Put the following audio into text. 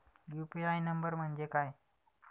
UPI number म्हणजे काय?